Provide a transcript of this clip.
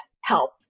help